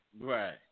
Right